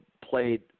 played